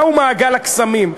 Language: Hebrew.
מהו מעגל הקסמים?